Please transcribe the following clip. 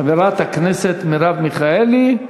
חברת הכנסת מרב מיכאלי,